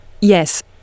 Yes